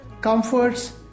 comforts